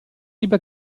lieber